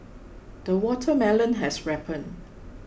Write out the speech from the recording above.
the watermelon has ripened